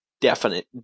definite